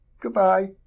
Goodbye